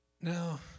Now